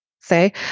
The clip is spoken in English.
say